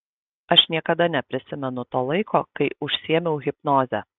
aš niekada neprisimenu to laiko kai užsiėmiau hipnoze